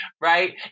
Right